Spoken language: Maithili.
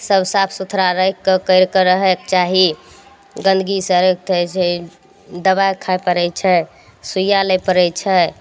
सब साफ सुथड़ा रैहि कऽ कैरि कऽ रहएके चाही गन्दगी से अनेक तरह से दबाइ खाए पड़ै छै सुइया लए पड़ै छै